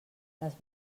les